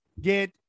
Get